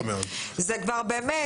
זה כבר אמת,